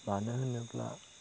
मानो होनोब्ला